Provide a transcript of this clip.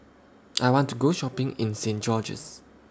I want to Go Shopping in Saint George's